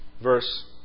verse